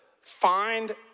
find